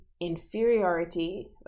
inferiority